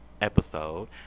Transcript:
episode